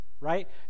right